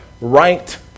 right